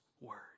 word